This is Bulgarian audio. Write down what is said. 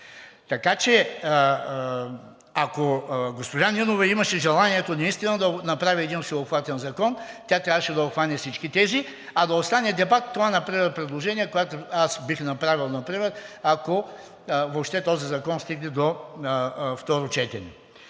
Така че, ако госпожа Нинова имаше желанието наистина да направи един всеобхватен закон, тя трябваше да обхване всички тези, а да остане дебат по това например предложение, което аз бих направил, ако въобще този закон стигне до второ четене.